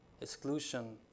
exclusion